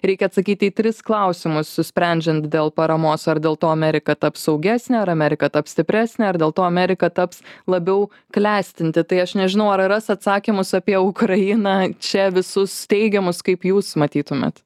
reikia atsakyti į tris klausimus sprendžiant dėl paramos ar dėl to amerika taps saugesnė ar amerika taps stipresnė ar dėl to amerika taps labiau klestinti tai aš nežinau ar ras atsakymus apie ukrainą čia visus teigiamus kaip jūs matytumėt